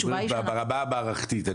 ברמה המערכתית.